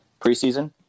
preseason